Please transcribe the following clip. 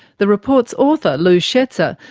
the report's author, lou schetzer,